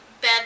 bed